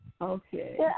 Okay